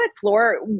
floor